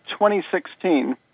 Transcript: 2016